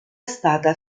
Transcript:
stata